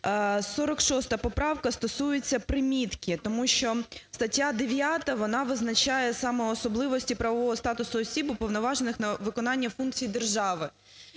46 поправка стосується примітки. Тому що стаття 9, вона визначає саме особливості правового статусу осіб, уповноважених на виконання функцій держави.